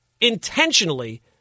intentionally